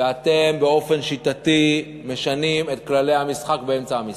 ואתם באופן שיטתי משנים את כללי המשחק באמצע המשחק,